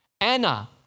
Anna